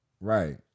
Right